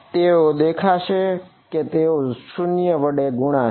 તેઓ દેખાશે નહિ તેઓ 0 વડે ગુણાશે